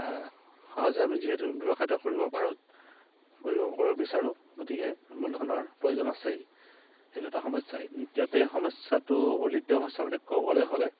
সহজে আমি যিহেতু ব্যৱসায় এটা কৰিব পাৰোঁ কৰিব বিচাৰোঁ গতিকে মূলধনৰ প্ৰয়োজন আছেই সেইটো এটা সমস্যাই দ্বিতীয়তে সমস্যাটো দ্বিতীয় সমস্যা বুলি ক'বলৈ হ'লে